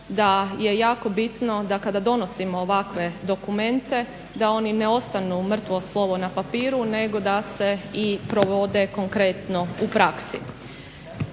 da je jako bitno da kada donosimo ovakve dokumente da oni ne ostanu mrtvo slovo na papiru, nego da se i provode konkretno u praksi.